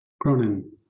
Cronin